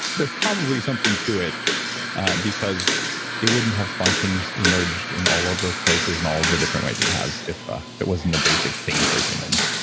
there's probably something to it because it wouldn't have spontaneously emerged in all of those places and all of the different ways it has if if it wasn't a basic thing for humans.